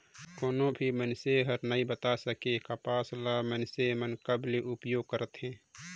कोनो भी मइनसे हर नइ बता सके, कपसा ल मइनसे मन कब ले उपयोग करथे